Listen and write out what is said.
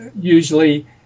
usually